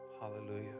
Hallelujah